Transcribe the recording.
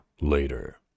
later